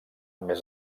més